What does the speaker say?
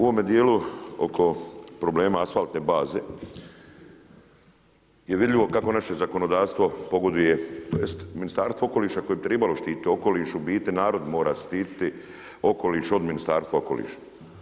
U ovome dijelu oko problema asfaltne baze je vidljivo kako naše zakonodavstvo pogoduje tj. Ministarstvo okoliša koje bi tribalo štiti okoliš u biti narod mora štititi okoliš od Ministarstva okoliša.